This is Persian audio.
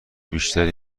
بیشتری